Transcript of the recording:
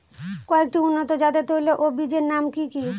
কয়েকটি উন্নত জাতের তৈল ও বীজের নাম কি কি?